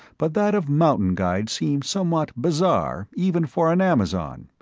but that of mountain guide seemed somewhat bizarre even for an amazon.